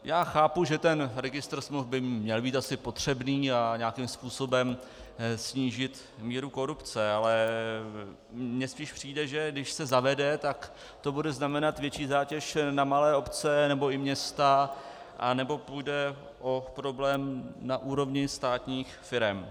Já chápu, že registr smluv by měl být asi potřebný a nějakým způsobem snížit míru korupce, ale mně spíš přijde, že když se zavede, tak to bude znamenat větší zátěž pro malé obce nebo i města nebo půjde o problém na úrovni státních firem.